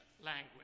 language